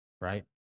right